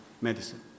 medicine